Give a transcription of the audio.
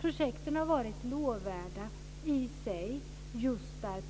Projekten har varit lovvärda i sig just där